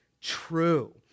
true